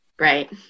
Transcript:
Right